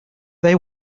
they